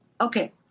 Okay